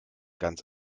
ganz